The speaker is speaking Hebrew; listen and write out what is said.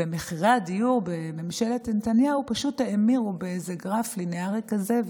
ומחירי הדיור בממשלת נתניהו פשוט האמירו באיזה גרף לינארי כזה,